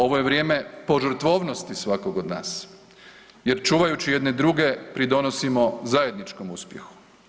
Ovo je vrijeme požrtvovnosti svakog od nas jer čuvajući jedni druge pridonosimo zajedničkom uspjehu.